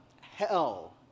hell